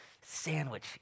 Sandwich